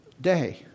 day